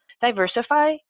Diversify